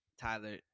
Tyler